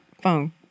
phone